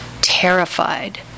terrified